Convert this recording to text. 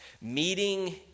meeting